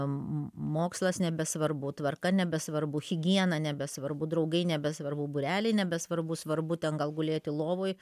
mokslas nebesvarbu tvarka nebesvarbu higiena nebesvarbu draugai nebesvarbu būreliai nebesvarbu svarbu ten gal gulėti lovoj